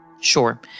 Sure